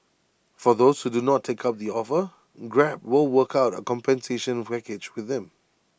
for those who do not take up the offer grab will work out A compensation package with them